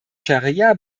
scharia